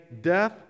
death